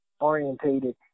orientated